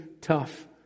tough